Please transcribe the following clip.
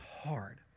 hard